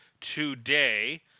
today